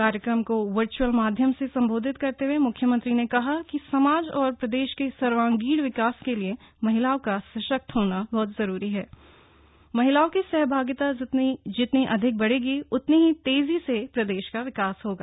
कार्यक्रम को वर्च्अल माध्यम से सबोधित करते हए म्ख्यमंत्री ने कहा कि समाज औक प्रदेश के सर्वांगीण विकास के लिए महिलाओं का सशक्त होना बहत जरूरी हण महिलाओं की सहभागिता जितनी अधिक बढ़ेगी उतनी ही तेजी से प्रदेश का विकास होगा